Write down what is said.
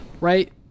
Right